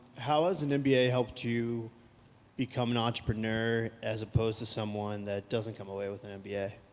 how has an and mba helped you become an entrepreneur as opposed to someone that doesn't come away with an mba?